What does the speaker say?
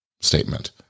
statement